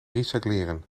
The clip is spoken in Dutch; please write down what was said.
recycleren